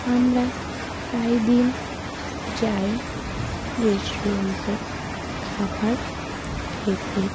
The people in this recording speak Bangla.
আমরা প্রায় দিন যাই রেস্টুরেন্টে খাবার খেতে